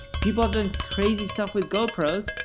people have done crazy stuff with gopros,